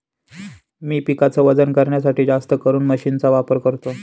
मी पिकाच वजन करण्यासाठी जास्तकरून मशीन चा वापर करतो